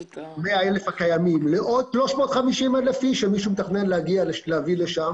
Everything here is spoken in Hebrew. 100,000 הקיימים אלא לעוד 350,000 אנשים שמתכננים להביא לשם